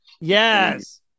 Yes